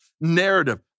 narrative